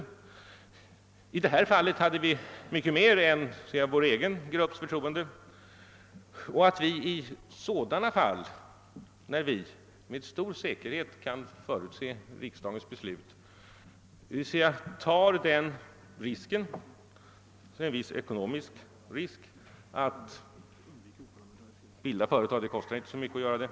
Och i detta fall hade vi mycket mer än vår egen grupps förtroende. Att vi i sådana situationer, när vi med stor säkerhet kan förutse riks dagens beslut, tar en viss teoretisk risk är väl inte uppseendeväckande. Det innebär ju en viss ekonomisk risk att ikläda sig de begränsade kostnaderna för att bilda företag, men särskilt mycket kostar det inte att göra det.